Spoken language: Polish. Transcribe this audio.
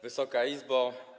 Wysoka Izbo!